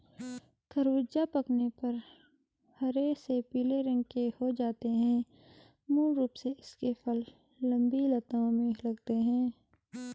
ख़रबूज़ा पकने पर हरे से पीले रंग के हो जाते है मूल रूप से इसके फल लम्बी लताओं में लगते हैं